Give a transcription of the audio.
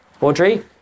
Audrey